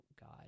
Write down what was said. God